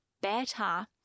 better